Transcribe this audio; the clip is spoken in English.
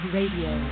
Radio